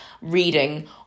reading